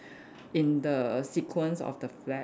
in the sequence of the flag